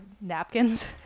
napkins